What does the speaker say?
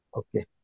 okay